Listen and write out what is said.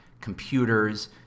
computers